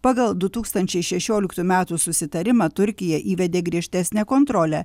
pagal du tūkstančiai šešioliktų metų susitarimą turkija įvedė griežtesnę kontrolę